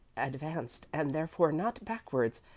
advanced, and therefore not backward,